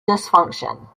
dysfunction